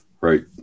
right